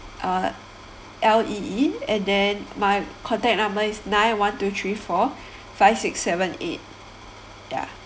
uh L E E and then my contact number is nine one two three four five six seven eight ya